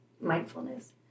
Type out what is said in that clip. mindfulness